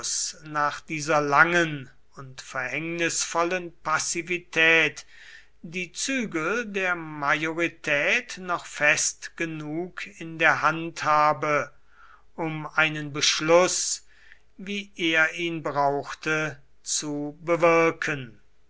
nach dieser langen und verhängnisvollen passivität die zügel der majorität noch fest genug in der hand habe um einen beschluß wie er ihn brauchte zu bewirken